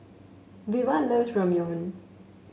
Veva loves Ramyeon